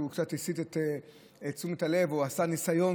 שהוא קצת הסיט את תשומת הלב ועשה ניסיון